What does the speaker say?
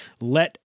let